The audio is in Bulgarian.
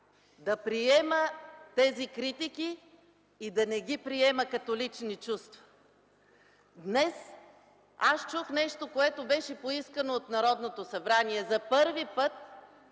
да приема тези критики и да не ги приема като лични чувства! Днес аз чух нещо, което беше поискано от Народното събрание. За първи път